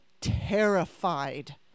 terrified